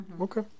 Okay